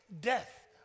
death